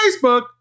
Facebook